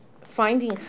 Finding